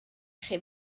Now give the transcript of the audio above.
chi